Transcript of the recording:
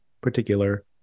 particular